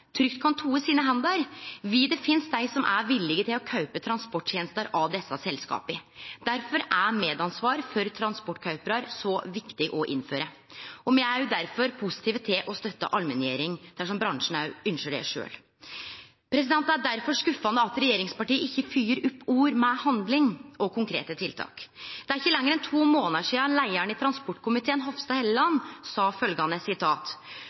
trygt kan «toe sine hender», vil det finst dei som er villige til å kjøpe transporttenester av desse selskapa. Derfor er medansvar for transportkjøparar så viktig å innføre. Og derfor er me positive til å støtte ei allmenngjering, dersom bransjen sjølv ynskjer det. Det er derfor skuffande at regjeringspartia ikkje følgjer opp ord med handling og konkrete tiltak. Det er ikkje lenger enn to månadar sidan at leiaren i transportkomiteen, Linda C. Hofstad Helleland, sa